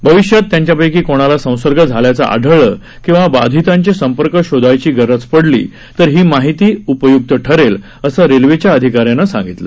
भविष्यात त्यांच्या क्वी कोणाला संसर्ग झाल्याचं आढळलं किंवा बाधितांचे सं र्क शोधायची गरज डली तर ही माहिती उ य्क्त ठरेल असं रेल्वेच्या अधिकाऱ्यांनी सांगितलं